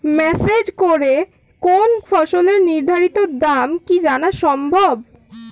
Message করে কোন ফসলের নির্ধারিত দাম কি জানা সম্ভব?